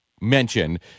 mention